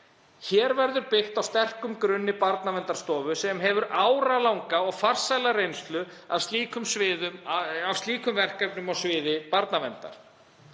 Hér verður byggt á sterkum grunni Barnaverndarstofu sem hefur áralanga og farsæla reynslu af slíkum verkefnum á sviði barnaverndar.